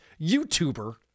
YouTuber